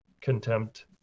contempt